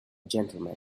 gentleman